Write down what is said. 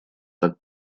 так